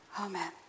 Amen